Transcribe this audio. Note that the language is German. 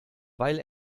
weil